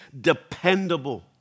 dependable